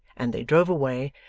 and they drove away,